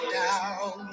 down